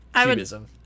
cubism